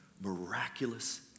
miraculous